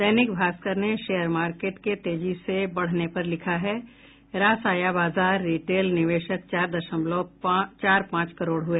दैनिक भास्कर ने share market के तेजी से बढ़ने पर लिखता है रास आया बाजार रिटेल निवेशक चार दशमलव चार पांच करोड़ हुए